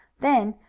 then,